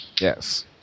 Yes